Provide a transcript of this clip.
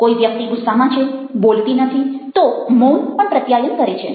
કોઈ વ્યક્તિ ગુસ્સામાં છે બોલતી નથી તો મૌન પણ પ્રત્યાયન કરે છે